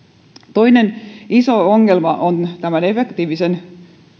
toinen iso ongelma tämän efektiivisen